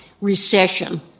recession